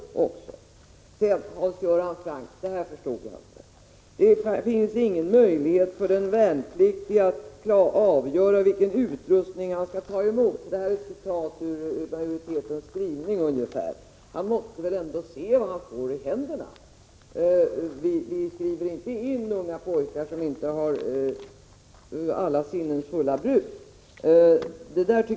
Jag förstår inte, Hans Göran Franck, utskottsmajoritetens skrivning att ”den värnpliktige inte har någon möjlighet att själv avgöra vilken utrustning han skall ta emot”. Han måtte väl se vad han får i händerna! Unga pojkar som inte är vid sina sinnens fulla bruk skrivs inte in.